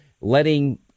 letting